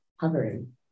hovering